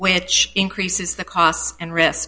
which increases the cost and risk